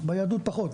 ביהדות פחות.